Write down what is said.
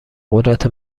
قدرت